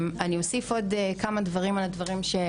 כפי שדיברה באומץ רב וסיפרה מיה.